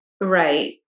Right